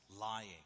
lying